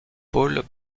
paul